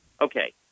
Okay